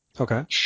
Okay